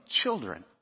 children